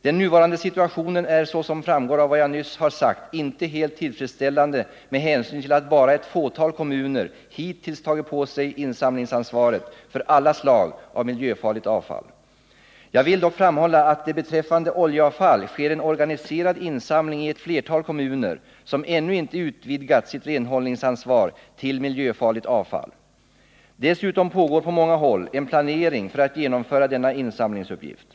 Den nuvarande situationen är, såsom framgår av vad jag nyss har sagt, inte helt tillfredsställande med hänsyn till att bara ett fåtal kommuner hittills tagit på sig insamlingsansvaret för alla slag av miljöfarligt avfall. Jag vill dock framhålla att det beträffande oljeavfall sker en organiserad insamling i ett flertal kommuner som ännu inte utvidgat sitt renhållningsansvar till Nr 108 miljöfarligt avfall. Dessutom pågår på många håll en planering för att Tisdagen den genomföra denna insamlingsuppgift.